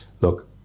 look